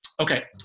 Okay